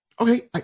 Okay